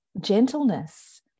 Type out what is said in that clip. gentleness